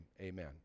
amen